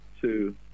two